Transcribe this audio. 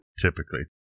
Typically